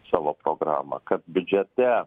savo programą kad biudžete